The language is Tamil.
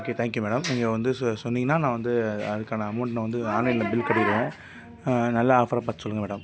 ஓகே தேங்க் யூ மேடம் நீங்கள் வந்து சொ சொன்னீங்கனா நான் வந்து அதற்கான அமௌண்ட் நான் வந்து ஆன்லைனில் பில் கட்டிருவேன் நல்ல ஆஃபராக பார்த்து சொல்லுங்கள் மேடம்